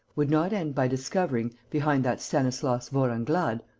would not end by discovering, behind that stanislas vorenglade,